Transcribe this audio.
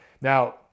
Now